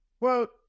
quote